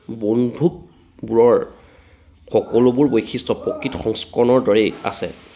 বন্ধুকবোৰৰ সকলোবোৰ বৈশিষ্ট্য প্ৰকৃত সংস্কৰণৰ দৰেই আছে